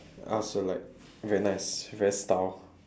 I also don't like very nice very style